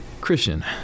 Christian